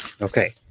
Okay